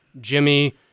Jimmy